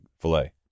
filet